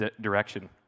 direction